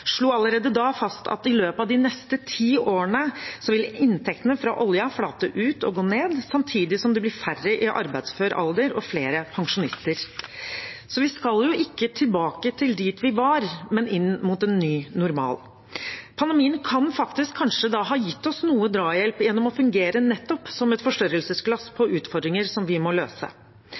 slo allerede da fast at i løpet av de neste ti årene ville inntektene fra oljen flate ut og gå ned, samtidig som det ville være færre i arbeidsfør alder og flere pensjonister. Vi skal ikke tilbake til dit vi var, men inn i en ny normal. Pandemien kan faktisk kanskje da ha gitt oss noe drahjelp gjennom å fungere nettopp som et forstørrelsesglass på utfordringer som vi må løse.